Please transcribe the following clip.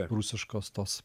prūsiškos tos